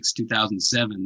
2007